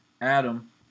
Adam